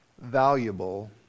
valuable